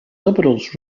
liberals